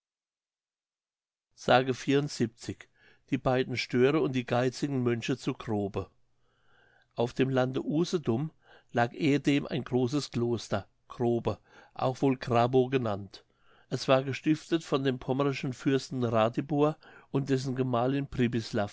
s die beiden störe und die geizigen mönche zu grobe auf dem lande usedom lag ehedem ein großes kloster grobe auch wohl grabow genannt es war gestiftet von dem pommerschen fürsten ratibor und dessen gemahlin